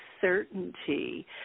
certainty